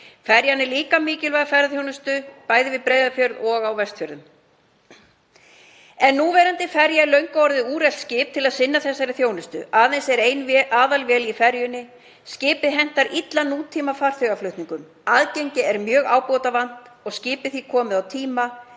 Ferjan er líka mikilvæg ferðaþjónustu, bæði við Breiðafjörð og á Vestfjörðum. Núverandi ferja er löngu orðin úrelt skip til að sinna þessari þjónustu. Aðeins er ein aðalvél í ferjunni, skipið hentar illa nútímafarþegaflutningum, aðgengi er mjög ábótavant og skipið því komið á tíma